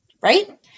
right